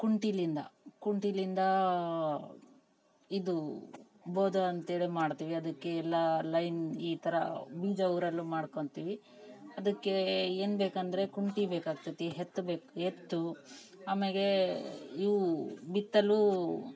ಕುಂಟೆಲಿಂದ ಕುಂಟೆಲಿಂದಾ ಇದು ಬೋದ ಅಂತೇಳಿ ಮಾಡ್ತೀವಿ ಅದಕ್ಕೆ ಎಲ್ಲ ಲೈನ್ ಈ ಥರ ಬೀಜ ಊರಲು ಮಾಡ್ಕೊತೀವಿ ಅದಕ್ಕೇ ಏನು ಬೇಕಂದರೆ ಕುಂಟೆ ಬೇಕಾಗ್ತದೆ ಎತ್ ಬೇಕು ಎತ್ತು ಆಮೇಲೆ ಇವು ಬಿತ್ತಲೂ